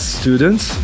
students